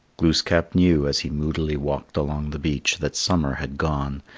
glooskap knew, as he moodily walked along the beach, that summer had gone,